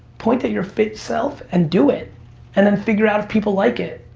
point at your fit self and do it and then figure out if people like it.